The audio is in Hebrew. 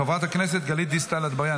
חברת הכנסת גלית דיסטל אטבריאן,